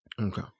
Okay